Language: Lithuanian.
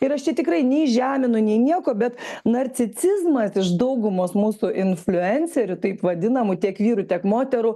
ir aš čia tikrai nei žeminu nei nieko bet narcicizmas iš daugumos mūsų infliuencerių taip vadinamų tiek vyrų tiek moterų